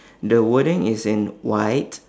the wording is in white